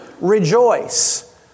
Rejoice